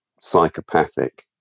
psychopathic